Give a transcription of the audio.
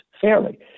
fairly